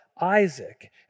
Isaac